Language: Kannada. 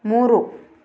ಮೂರು